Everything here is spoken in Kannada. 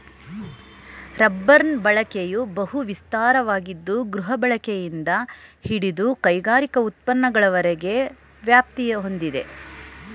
ರಬ್ಬರ್ನ ಬಳಕೆಯು ಬಹು ವಿಸ್ತಾರವಾಗಿದ್ದು ಗೃಹಬಳಕೆಯಿಂದ ಹಿಡಿದು ಕೈಗಾರಿಕಾ ಉತ್ಪನ್ನಗಳವರೆಗಿನ ವ್ಯಾಪ್ತಿ ಹೊಂದಿದೆ